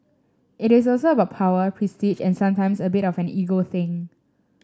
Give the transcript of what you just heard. it is also about power prestige and sometimes a bit of an ego thing